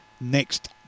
next